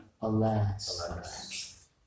Alas